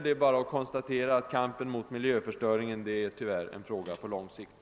Det är bara att konstatera att kampen mot miljöförstöring tyvärr är ett arbete på lång sikt.